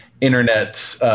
internet